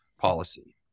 policy